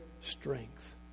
strength